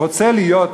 רוצה להיות,